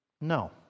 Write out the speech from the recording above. No